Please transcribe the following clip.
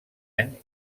any